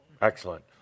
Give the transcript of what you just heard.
excellent